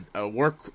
work